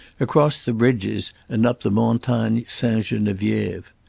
across the bridges and up the montagne sainte-genevieve.